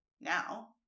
now